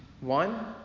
one